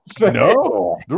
No